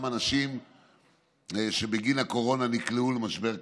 אנשים שבגין הקורונה נקלעו למשבר כלכלי.